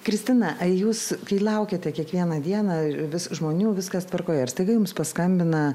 kristina jūs kai laukiate kiekvieną dieną vis žmonių viskas tvarkoje ir staiga jums paskambina